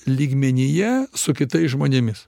lygmenyje su kitais žmonėmis